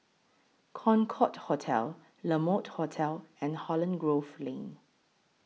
Concorde Hotel La Mode Hotel and Holland Grove Lane